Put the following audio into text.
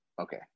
okay